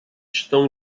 estão